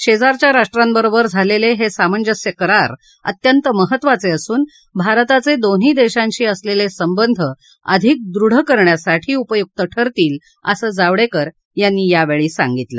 शेजारच्या राष्ट्रांबरोबर झालेले हे सामंज्यस्य करार अत्यंत महत्वाचे असून भारताचे दोन्ही देशांशी असलेले संबंध आधिक दृढ करण्यासाठी उपयुक्त ठरतील असं जावडेकर यावेळी म्हणाले